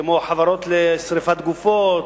כמו חברות לשרפת גופות,